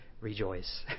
rejoice